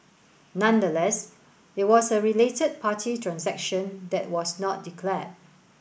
nonetheless it was a related party transaction that was not declared